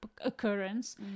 occurrence